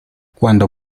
cuando